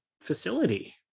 facility